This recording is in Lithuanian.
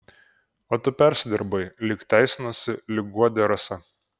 o tu persidirbai lyg teisinosi lyg guodė rasa